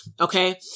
Okay